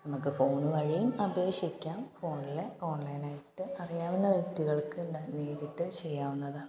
നമുക്ക് ഫോണ് വഴിയും അപേക്ഷിക്കാം ഫോണിലെ ഓൺലൈനായിട്ട് അറിയാവുന്ന വ്യക്തികൾക്ക് ഇത് നേരിട്ട് ചെയ്യാവുന്നതാണ്